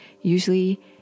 usually